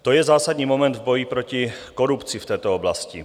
To je zásadní moment v boji proti korupci v této oblasti.